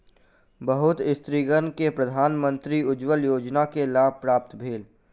बहुत स्त्रीगण के प्रधानमंत्री उज्ज्वला योजना के लाभ प्राप्त भेल